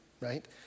right